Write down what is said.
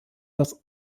das